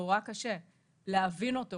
קשה מאוד להבין אותו.